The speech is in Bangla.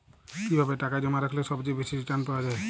কিভাবে টাকা জমা রাখলে সবচেয়ে বেশি রির্টান পাওয়া য়ায়?